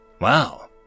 Wow